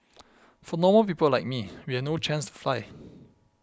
for normal people like me we had no chance to fly